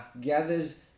gathers